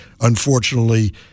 unfortunately